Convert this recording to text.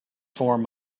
form